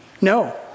No